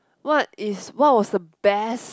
what is what was the best